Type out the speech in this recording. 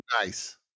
Nice